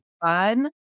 fun